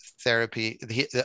therapy